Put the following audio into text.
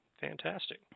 Fantastic